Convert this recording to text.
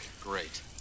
Great